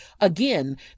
Again